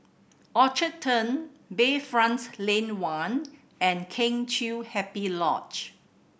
Orchard Turn Bayfront Lane One and Kheng Chiu Happy Lodge